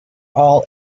all